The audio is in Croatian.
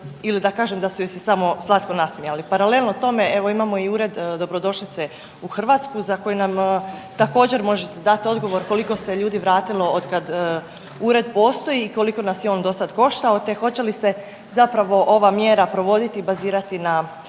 ili da kažem da su joj se samo slatko nasmijali. Paralelno tome evo imamo i ured dobrodošlice u Hrvatsku za koju nam također možete dat odgovor koliko se ljudi vratilo otkad ured postoji i koliko nas je on dosad koštao, te hoće li se zapravo ova mjera provoditi i bazirati na